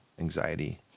anxiety